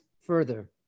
further